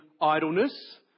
idleness